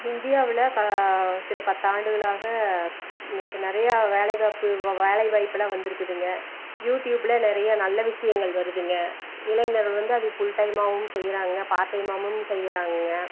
இந்தியாவில் க சில பத்து ஆண்டுகளாக நிறையா வேலைவாப்பு வேலைவாய்ப்பெலாம் வந்திருக்குங்க யூடியூப்பில் நிறைய நல்ல விஷயங்கள் வருதுங்க இளைஞர்கள் வந்து அதை ஃபுல் டைமாகவும் செய்கிறாங்க பார்ட் டைமாகவும் செய்கிறாங்கங்க